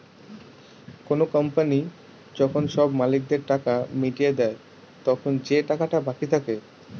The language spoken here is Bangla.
কোনো কোম্পানি যখন সব মালিকদের টাকা মিটিয়ে দেয়, তখন যে টাকাটা বাকি থাকে